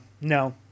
no